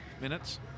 minutes